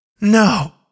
No